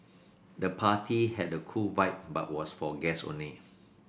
the party had a cool vibe but was for guest only